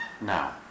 now